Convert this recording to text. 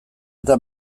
eta